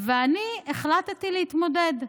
ואני החלטתי להתמודד.